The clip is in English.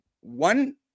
One